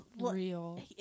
real